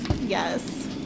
Yes